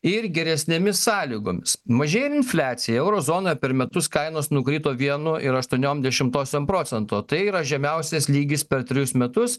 ir geresnėmis sąlygomis mažėja ir infliacija euro zoną per metus kainos nukrito vienu ir aštuoniom dešimtosiom procento tai yra žemiausias lygis per trejus metus